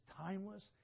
timeless